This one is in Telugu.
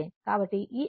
కాబట్టి ఈ 60